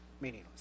meaningless